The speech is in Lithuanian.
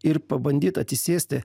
ir pabandyt atsisėsti